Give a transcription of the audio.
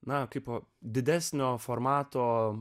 na kaipo didesnio formato